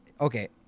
okay